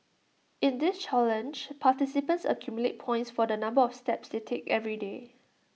in this challenge participants accumulate points for the number of steps they take every day